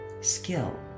skill